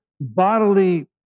bodily